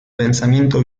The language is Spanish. pensamiento